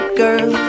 girl